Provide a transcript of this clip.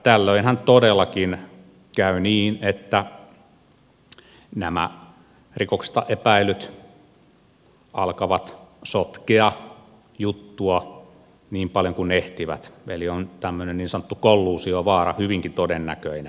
tällöinhän todellakin käy niin että nämä rikoksesta epäillyt alkavat sotkea juttua niin paljon kuin ehtivät eli on tällainen niin sanottu kolluusiovaara hyvinkin todennäköinen